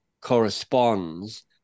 corresponds